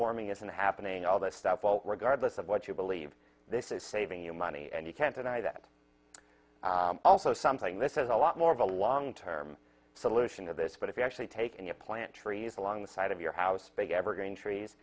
warming isn't happening all this stuff well regardless of what you believe this is saving you money and you can't deny that also something that has a lot more of a long term solution to this but if you actually take any plant trees along the side of your house big